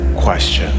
question